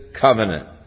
covenant